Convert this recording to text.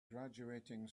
graduating